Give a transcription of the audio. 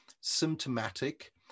symptomatic